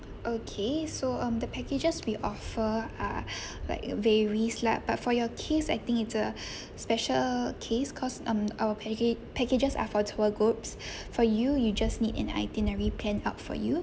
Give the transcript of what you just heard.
okay so um the packages we offer are like varies lah but for your case I think it's a special case cause um our packa~ packages are for tour groups for you you just need an itinerary planned out for you